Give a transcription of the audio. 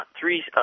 three